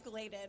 escalated